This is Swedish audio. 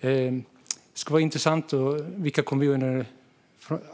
Det skulle vara intressant att höra vilka kommuner